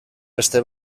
beste